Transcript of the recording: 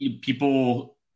people